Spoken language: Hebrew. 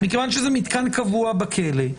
מכיוון שזה מתקן קבוע בכלא,